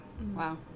Wow